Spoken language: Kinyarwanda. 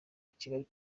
kigali